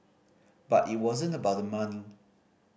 but it wasn't about the money